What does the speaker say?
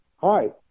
Hi